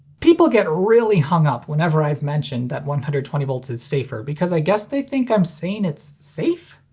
people get really hung up whenever i've mentioned that one hundred and twenty v is safer because i guess they think i'm saying it's safe?